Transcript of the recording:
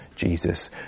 Jesus